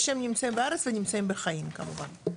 ושהם נמצאים בארץ ונמצאים בחיים כמובן.